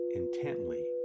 intently